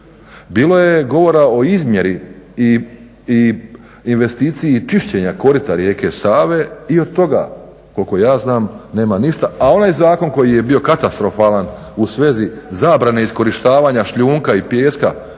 Bilo je govora o izmjeri i investiciji čišćenja korita rijeke Save i od toga, koliko ja znam, nema ništa, a onaj zakon koji je bio katastrofalan u svezi zabrane iskorištavanja šljunka i pijeska